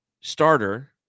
starter